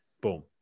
Boom